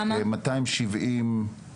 מאתיים שבעים.